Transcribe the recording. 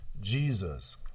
jesus